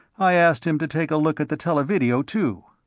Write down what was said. i asked him to take a look at the televideo, too.